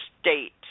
state